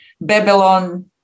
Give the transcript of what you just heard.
Babylon